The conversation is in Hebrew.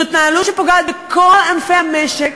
זו התנהלות שפוגעת בכל ענפי המשק.